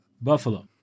Buffalo